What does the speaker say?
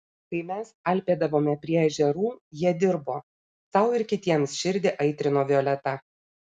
kai mes alpėdavome prie ežerų jie dirbo sau ir kitiems širdį aitrino violeta